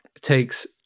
takes